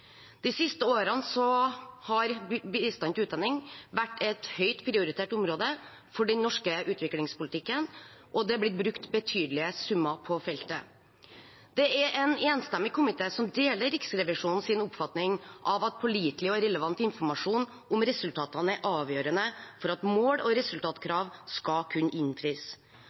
De siste årene har bistand til utdanning vært et høyt prioritert område for den norske utviklingspolitikken, og det er brukt betydelige summer på feltet. Det er en enstemmig komité som deler Riksrevisjonens oppfatning av at pålitelig og relevant informasjon om resultatene er avgjørende for at mål og resultatkrav skal kunne innfris.